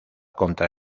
contra